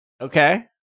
Okay